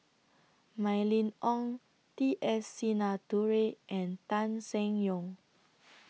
Mylene Ong T S Sinnathuray and Tan Seng Yong